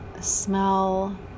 smell